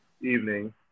evening